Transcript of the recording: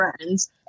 friends